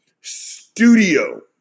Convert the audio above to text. studio